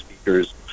speakers